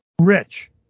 rich